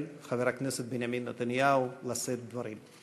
חבר הכנסת בנימין נתניהו לשאת דברים.